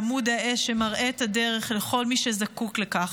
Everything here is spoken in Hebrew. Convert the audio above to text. עמוד האש שמראה את הדרך לכל מי שזקוק לכך,